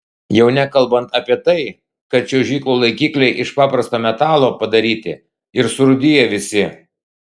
jau nekalbant apie tai kad čiuožyklų laikikliai iš paprasto metalo padaryti ir surūdiję visi